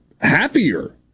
happier